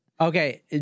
Okay